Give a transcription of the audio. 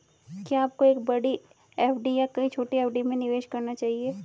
क्या आपको एक बड़ी एफ.डी या कई छोटी एफ.डी में निवेश करना चाहिए?